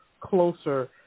closer